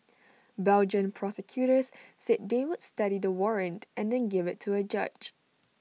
Belgian prosecutors said they would study the warrant and then give IT to A judge